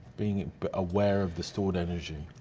being aware of the stored energy?